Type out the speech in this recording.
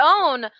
own